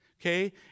Okay